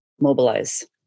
mobilize